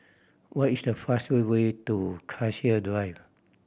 what is the fastest way to Cassia Drive